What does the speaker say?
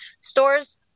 stores